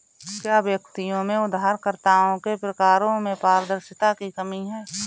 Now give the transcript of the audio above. क्या व्यक्तियों में उधारकर्ताओं के प्रकारों में पारदर्शिता की कमी है?